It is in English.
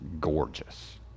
gorgeous